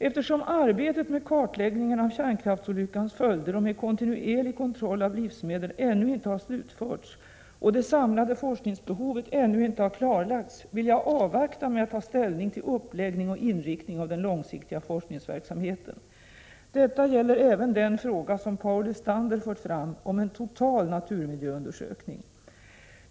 Eftersom arbetet med kartläggningen av kärnkraftsolyckans följder och med kontinuerlig kontroll av livsmedel ännu inte har slutförts och det samlade forskningsbehovet ännu inte har klarlagts, vill jag avvakta med att ta ställning till uppläggning och inriktning av den långsiktiga forskningsverksamheten. Detta gäller även den fråga som Paul Lestander fört fram om en total naturmiljöundersökning.